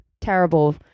terrible